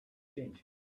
change